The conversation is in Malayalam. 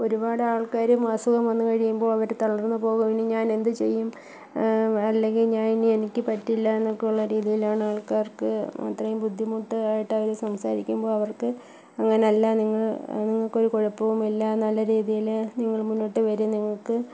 ഒരുപാട് ആൾക്കാരും അസുഖം വന്ന് കഴിയുമ്പോള് അവര് തളർന്നു പോകും ഇനി ഞാൻ എന്ത് ചെയ്യും അല്ലെങ്കില് ഞാന് ഇനി എനിക്ക് പറ്റില്ല എന്നൊക്കെ ഉള്ള രീതിയിലാണ് ആൾക്കാർക്ക് അത്രയും ബുദ്ധിമുട്ടായിട്ട് അവര് സംസാരിക്കുമ്പോള് അവർക്ക് അങ്ങനല്ല നിങ്ങള് നിങ്ങള്ക്കൊരു കുഴപ്പവുമില്ല നല്ല രീതിയില് നിങ്ങള് മുന്നോട്ട് വരും നിങ്ങൾക്ക്